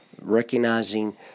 recognizing